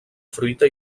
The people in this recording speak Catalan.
fruita